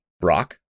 rock